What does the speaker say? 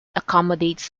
accommodates